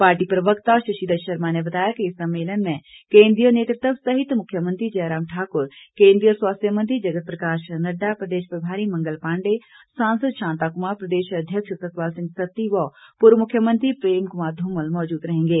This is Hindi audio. पार्टी प्रवक्ता शशिदत्त शर्मा ने बताया कि इस सम्मेलन में केंद्रीय नेतृत्व सहित मुख्यमंत्री जयराम ठाकुर केंद्रीय स्वास्थ्य मंत्री जगत प्रकाश नड्डा प्रदेश प्रभारी मंगल पांडे सांसद शांताकुमार प्रदेश अध्यक्ष सतपाल सिंह सत्ती व पूर्व मुख्यमंत्री प्रेम कुमार धूमल मौजूद रहेंगे